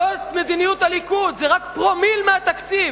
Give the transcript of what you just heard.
זאת מדיניות הליכוד, זה רק פרומיל מהתקציב.